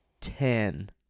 ten